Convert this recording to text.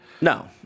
No